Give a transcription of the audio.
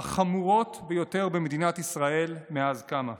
החמורות ביותר במדינת ישראל מאז קמה.